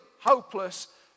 hopeless